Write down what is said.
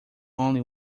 only